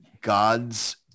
God's